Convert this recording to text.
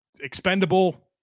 expendable –